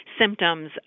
symptoms